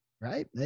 right